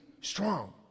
strong